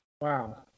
wow